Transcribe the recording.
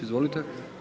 Izvolite.